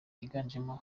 byiganjemo